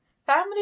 Family